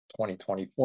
2024